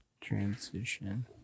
Transition